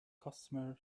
customer